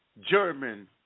German